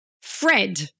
Fred